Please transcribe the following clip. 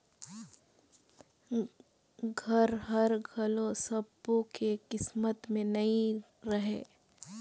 घर हर घलो सब्बो के किस्मत में नइ रहें